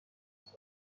ساعت